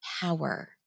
power